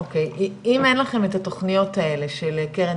אם אין לכם את התוכניות האלה של קרן